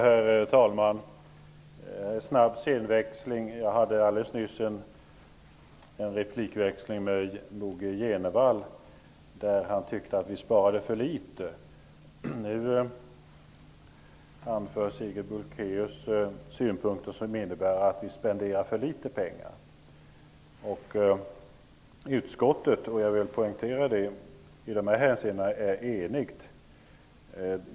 Herr talman! Det här var en snabb scenväxling. Jag hade alldeles nyss en replikväxling med Bo G Jenevall, som tyckte att vi sparade för litet. Nu anför Sigrid Bolkéus synpunkter som innebär att vi spenderar för litet pengar. Utskottet är -- det vill jag poängtera -- i de här hänseendena enigt.